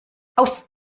aus